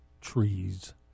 trees